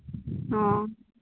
ᱚ